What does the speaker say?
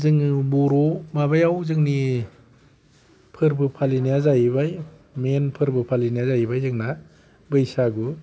जोङो जोंनि बर' माबायाव जोंनि फोरबो फालिनाया जाहैबाय मेन फोर्बो फालिनाया जाहैबाय जोंना बैसागु